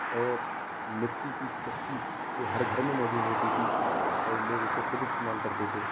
اور مٹی کی چکی جو ہر گھر میں موجود ہوتی تھی اور لوگ اسے خود استعمال کرتے تھے